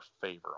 favor